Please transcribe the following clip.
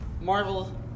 Marvel